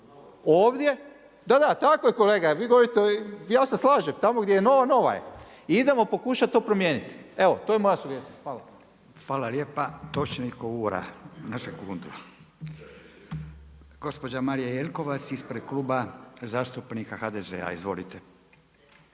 drugoj. Da, da, tako je kolega vi govorite ja slažem tamo gdje je nova, nova je i idemo pokušati to promijeniti. Evo to je moja sugestija. Hvala. **Radin, Furio (Nezavisni)** Hvala lijepa. Gospođa Marija Jelkovac ispred Kluba zastupnika HDZ-a. Izvolite.